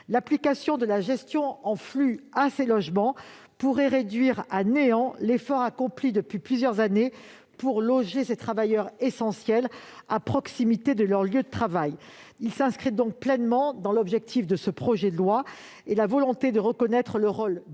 L'application de la gestion en flux à ces logements pourrait réduire à néant l'effort accompli depuis plusieurs années pour loger ces travailleurs essentiels à proximité de leur lieu de travail. Cet amendement s'inscrit donc pleinement dans l'objectif de ce projet de loi. Nous partageons la volonté de reconnaître le rôle déterminant